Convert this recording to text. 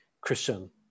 Christian